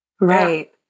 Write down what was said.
Right